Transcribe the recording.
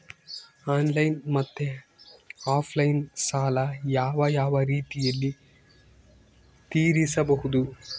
Online ಮತ್ತೆ offline ಸಾಲ ಯಾವ ಯಾವ ರೇತಿನಲ್ಲಿ ತೇರಿಸಬಹುದು?